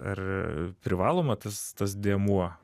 ar privaloma tas tas dėmuo